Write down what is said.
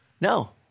No